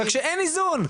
רק שאין איזון,